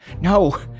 No